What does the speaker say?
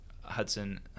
Hudson